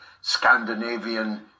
Scandinavian